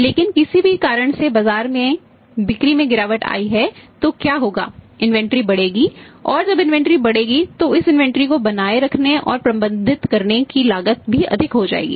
लेकिन किसी भी कारण से बाजार में बिक्री में गिरावट आई है तो क्या होगा इन्वेंटरी को बनाए रखने और प्रबंधित करने की लागत भी अधिक हो जाएगी